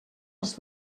els